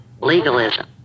legalism